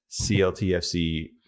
cltfc